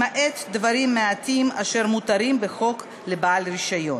למעט דברים מעטים אשר מותרים בחוק לבעל רישיון.